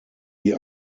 die